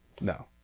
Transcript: No